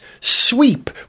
sweep